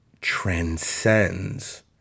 transcends